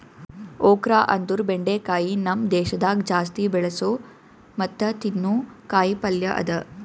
okra ಅಂದುರ್ ಬೆಂಡಿಕಾಯಿ ನಮ್ ದೇಶದಾಗ್ ಜಾಸ್ತಿ ಬೆಳಸೋ ಮತ್ತ ತಿನ್ನೋ ಕಾಯಿ ಪಲ್ಯ ಅದಾ